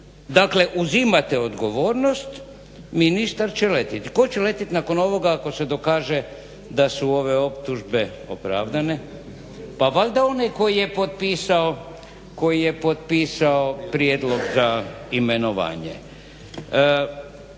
Dakle, uzimate odgovornost, ministar će letiti. Tko će letiti nakon ovoga ako se dokaže da su ove optužbe opravdane? Pa valjda tko je potpisao prijedlog za imenovanje.